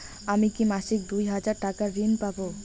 আমি কি মাসিক দুই হাজার টাকার ঋণ পাব?